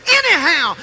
anyhow